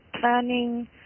planning